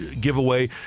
giveaway